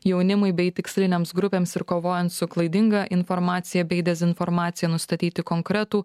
jaunimui bei tikslinėms grupėms ir kovojant su klaidinga informacija bei dezinformacija nustatyti konkretų